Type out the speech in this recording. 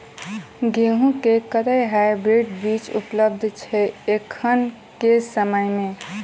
गेंहूँ केँ कतेक हाइब्रिड बीज उपलब्ध छै एखन केँ समय मे?